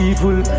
Evil